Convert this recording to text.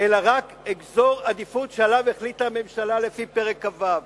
אלא רק אזור עדיפות שעליו החליטה הממשלה לפי פרק כ"ו.